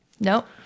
Nope